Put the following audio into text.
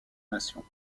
nations